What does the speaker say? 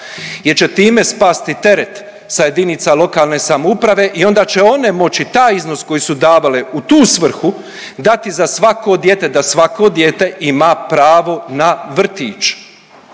Jer će time spasti teret sa jedinica lokalne samouprave i onda će one moći taj iznos koje su davale u tu svrhu dati za svako dijete da svako dijete ima pravo na vrtić